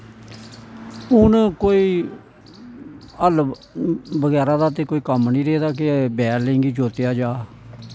हुन ओह् कोई हल बगैरा दा ते कोई कम्म निं रेदा के बैलें गी जोतेया जा